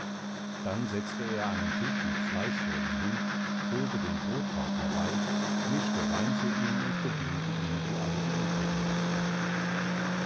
dann setzte er einen tisch mit fleisch vor ihn hin holte den brotkorb herbei mischte wein für ihn und bediente ihn wie alle die übrigen gäste